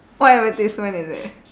what advertisement is it